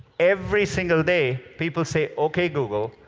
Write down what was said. every single day, people say okay, google.